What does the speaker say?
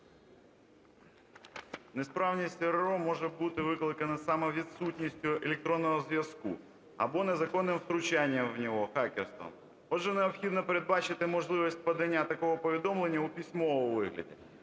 Несправність РРО може бути викликана саме відсутністю електронного зв'язку або незаконним втручанням в нього, хакерством. Отже, необхідно передбачити можливість подання такого повідомлення у письмовому вигляді.